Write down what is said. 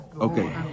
Okay